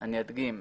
אני אדגים.